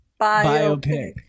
Biopic